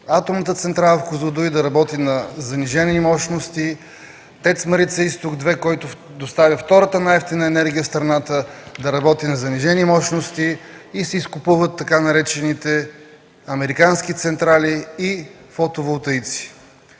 атомната централа в Козлодуй да работи на занижени мощности, ТЕЦ „Марица Изток 2”, който доставя втората най-евтина енергия в страната, да работи на занижени мощности и се изкупуват така наречените „американски централи” и фотоволтаици.